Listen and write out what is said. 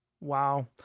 Wow